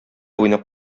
уйнап